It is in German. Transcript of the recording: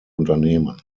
unternehmen